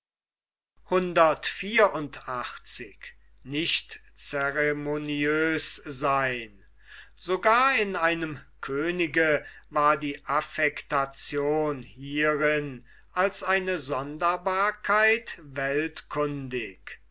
sogar in einem könige war die affektation hierin als eine sonderbarkeit